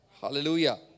Hallelujah